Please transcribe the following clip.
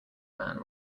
man